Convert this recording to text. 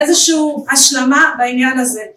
‫איזושהי השלמה בעניין הזה.